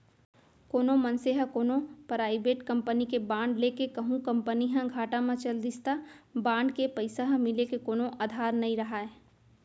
कोनो मनसे ह कोनो पराइबेट कंपनी के बांड ले हे कहूं कंपनी ह घाटा म चल दिस त बांड के पइसा ह मिले के कोनो अधार नइ राहय